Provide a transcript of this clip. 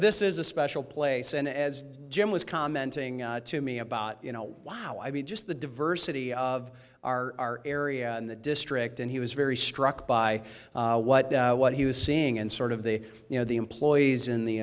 this is a special place and as jim was commenting to me about you know wow i mean just the diversity of our area and the district and he was very struck by what what he was seeing and sort of the you know the employees in the